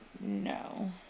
no